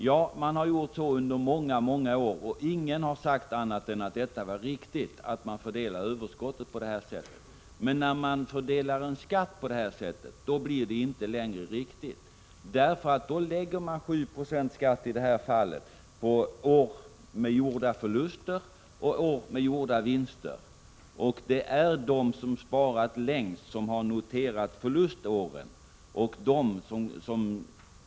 Ja, man har gjort så under många år, och ingen har sagt annat än att det har varit riktigt att fördela överskottet på det sättet, men när man fördelar skatt på samma sätt blir det inte längre riktigt. I det här fallet lägger man 7 96 skatt på år med gjorda förluster och år med gjorda vinster, och det är de som sparat längst som har noterat förluståren.